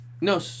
no